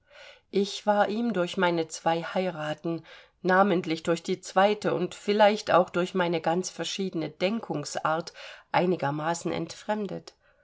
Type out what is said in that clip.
ich war ihm durch meine zwei heiraten namentlich durch die zweite und vielleicht auch durch meine ganz verschiedene denkungsart einigermaßen entfremdet